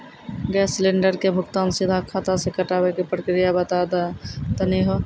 Gas cylinder के भुगतान सीधा खाता से कटावे के प्रक्रिया बता दा तनी हो?